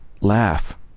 laugh